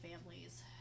families